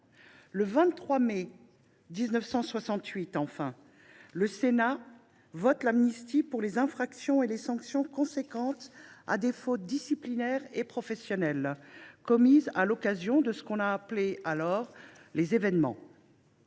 Le 22 mai 1968, enfin, le Sénat vote l’amnistie pour les infractions et les sanctions consécutives à des fautes disciplinaires et professionnelles commises à l’occasion de ce que l’on appela alors « les événements